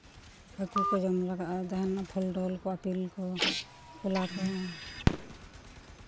ᱦᱟᱹᱠᱩ ᱠᱚ ᱡᱚᱢ ᱞᱟᱜᱟᱜᱼᱟ ᱡᱟᱦᱟᱱᱟᱜ ᱯᱷᱚᱞᱼᱰᱚᱞ ᱠᱚ ᱟᱯᱮᱞ ᱠᱚ ᱠᱚᱞᱟ ᱠᱚ